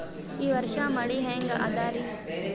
ಈ ವರ್ಷ ಮಳಿ ಹೆಂಗ ಅದಾರಿ?